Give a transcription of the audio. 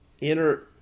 inner